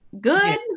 Good